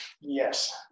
Yes